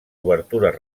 obertures